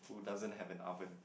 who doesn't have an oven